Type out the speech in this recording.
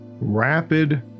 rapid